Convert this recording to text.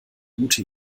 gute